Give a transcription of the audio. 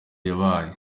yabaye